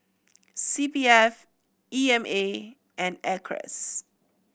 C P F E M A and Acres